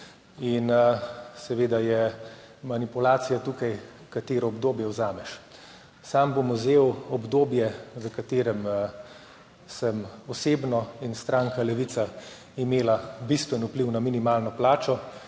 je tukaj manipulacija, katero obdobje vzameš. Sam bom vzel obdobje, v katerem sem osebno in je stranka Levica imela bistven vpliv na minimalno plačo,